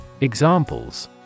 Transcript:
Examples